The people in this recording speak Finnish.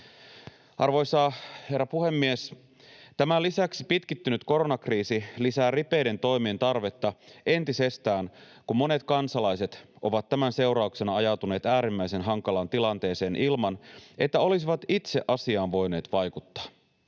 Arvoisa herra puhemies! Tämän lisäksi pitkittynyt koronakriisi lisää ripeiden toimien tarvetta entisestään, kun monet kansalaiset ovat tämän seurauksena ajautuneet äärimmäisen hankalaan tilanteeseen ilman, että olisivat itse asiaan voineet vaikuttaa.